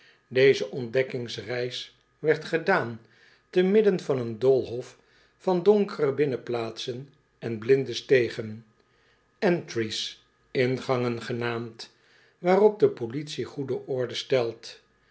deze ontdekkingsreis werd gedaan te midden van een doolhof van donkere binnenplaatsen en blinde stegen entries ingangen genaamd waarop de politie goede orde stelt